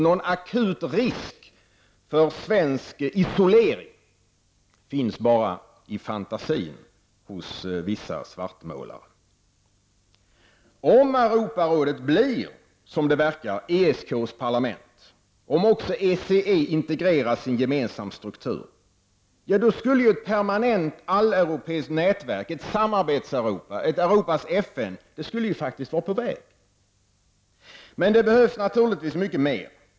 Någon akut risk för svensk isolering finns bara i fantasin hos vissa svartmålare. Om Europarådet blir -- som det verkar -- ESKs parlament, och om också ECE integreras i en gemensam struktur, skulle ju ett permanent alleuropeisk nätverk, ett Samarbetseuropa, ett Europas FN, faktiskt vara på väg. Men det behövs naturligtvis mycket mer.